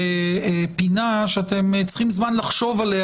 פינה שאתם צריכים זמן לחשוב עליה,